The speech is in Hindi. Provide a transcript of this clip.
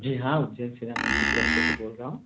जी हाँ उज्जैन सिनेमल्टीप्लेक्स से बोल रहा हूँ